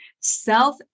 self